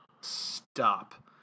stop